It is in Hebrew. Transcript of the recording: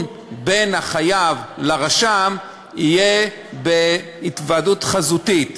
בין החייב לרשם יהיה בהתוועדות חזותית,